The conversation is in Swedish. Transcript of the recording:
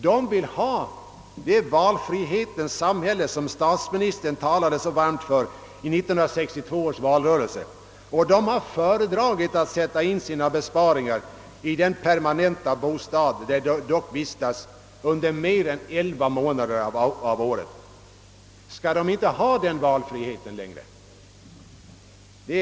De vill ha det valfrihetens samhälle som statsministern i 1962 års valrörelse talade så varmt för, och de har föredragit att sätta in sina pengar i den permanenta bostad, där de dock vistas under mer än elva månader av året. Skall de inte få ha den valfriheten längre?